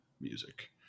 music